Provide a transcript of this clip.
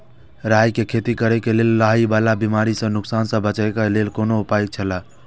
राय के खेती करे के लेल लाहि वाला बिमारी स नुकसान स बचे के लेल कोन उपाय छला?